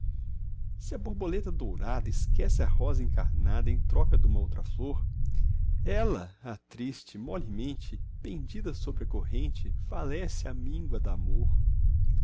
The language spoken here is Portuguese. se a borboleta dourada esquece a rosa encarnada em troca duma outra flor ela a triste molemente pendida sobre a corrente falece à míngua damor